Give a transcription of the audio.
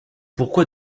pourquoi